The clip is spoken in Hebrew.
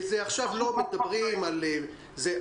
עכשיו לא מדברים על זה.